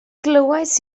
glywais